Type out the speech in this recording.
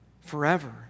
forever